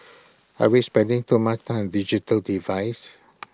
are we spending too much time digital devices